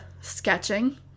sketching